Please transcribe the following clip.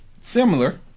Similar